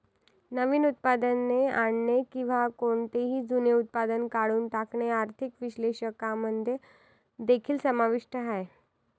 नवीन उत्पादने आणणे किंवा कोणतेही जुने उत्पादन काढून टाकणे आर्थिक विश्लेषकांमध्ये देखील समाविष्ट आहे